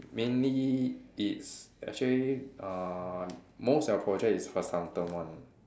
mainly it's actually uh most of their project is Vasantham one